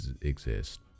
exist